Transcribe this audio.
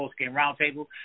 roundtable